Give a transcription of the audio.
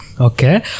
Okay